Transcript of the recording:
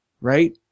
right